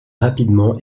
rapidement